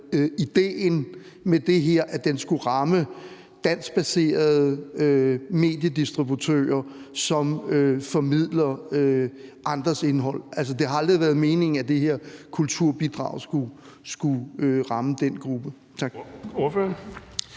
idéen med det her, at det skulle ramme danskbaserede mediedistributører, som formidler andres indhold. Altså, det har aldrig været meningen, at det her kulturbidrag skulle ramme den gruppe.